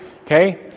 Okay